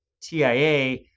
TIA